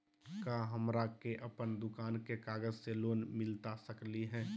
का हमरा के अपन दुकान के कागज से लोन मिलता सकली हई?